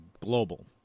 global